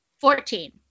Fourteen